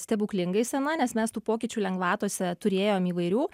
stebuklingai sena nes mes tų pokyčių lengvatose turėjom įvairių